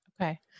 Okay